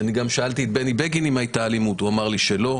אני גם שאלתי את בני בגין אם הייתה אלימות והוא אמר לי שלא.